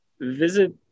visit